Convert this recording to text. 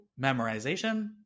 memorization